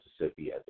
Mississippi